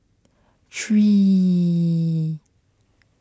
three